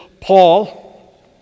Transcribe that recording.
Paul